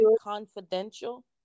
Confidential